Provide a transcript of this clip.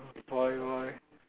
voyboy